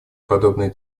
подобные